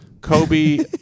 Kobe